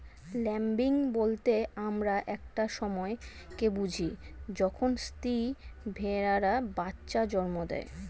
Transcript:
lambing বলতে আমরা একটা সময় কে বুঝি যখন স্ত্রী ভেড়ারা বাচ্চা জন্ম দেয়